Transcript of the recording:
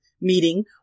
meeting